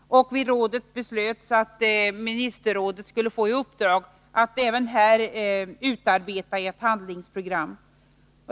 Vid rådets möte beslöts att ministerrådet skulle få i uppdrag att även här utarbeta ett handlingsprogram.